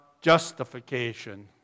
justification